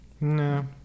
No